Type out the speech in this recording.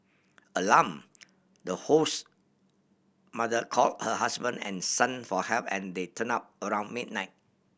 alarm the host mother call her husband and son for help and they turn up around midnight